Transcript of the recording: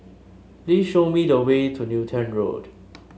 please show me the way to Newton Road